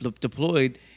Deployed